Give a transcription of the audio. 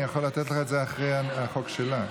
אני יכול לתת לך את זה אחרי החוק שלה.